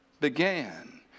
began